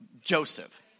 Joseph